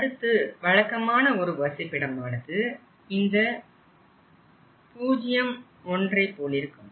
அடுத்து வழக்கமான ஒரு வசிப்பிடமானது இந்த பூஜ்ஜியம் ஒன்றை போலிருக்கும்